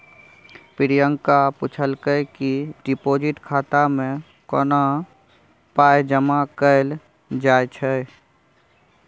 प्रियंका पुछलकै कि डिपोजिट खाता मे कोना पाइ जमा कयल जाइ छै